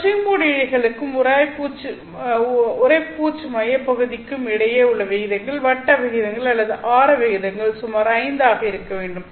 ஒற்றை மோட் இழைகளுக்கு உராய்ப்பூச்சுக்கும் மையப்பகுதிக்கும் இடையே உள்ள விகிதங்கள் விட்ட விகிதங்கள் அல்லது ஆர விகிதங்கள் சுமார் 5 ஆக இருக்க வேண்டும்